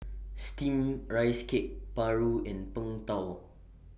Steamed Rice Cake Paru and Png Tao